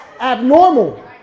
abnormal